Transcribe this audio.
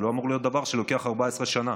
זה לא אמור להיות דבר שלוקח 14 שנה.